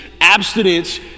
abstinence